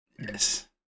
Yes